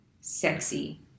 sexy